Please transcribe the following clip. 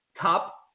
top